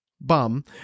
bum